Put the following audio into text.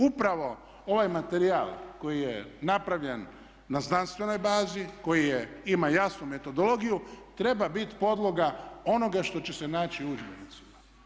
Upravo ovaj materijal koji je napravljen na znanstvenoj bazi, koji ima jasnu metodologiju treba biti podloga onoga što će se naći u udžbenicima.